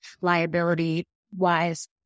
liability-wise